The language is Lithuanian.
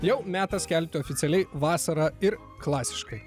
jau metas skelbti oficialiai vasarą ir klasiškai